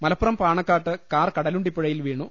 മലപ്പുറം പാണക്കാട്ട് കാർ കടലുണ്ടിപുഴയിൽ വീണു